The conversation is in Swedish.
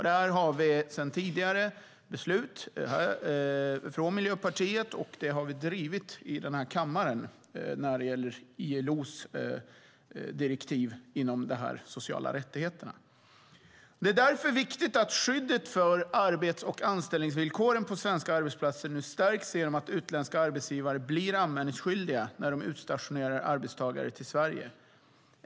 Där har vi sedan tidigare beslut från Miljöpartiet, och det har vi drivit i kammaren när det gäller ILO:s direktiv inom sociala rättigheter. Det är därför viktigt att skyddet för arbets och anställningsvillkoren på svenska arbetsplatser nu stärks genom att utländska arbetsgivare blir anmälningsskyldiga när de utstationerar arbetstagare till Sverige.